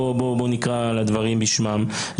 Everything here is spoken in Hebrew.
בואו נקרא לדברים בשמם,